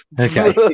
okay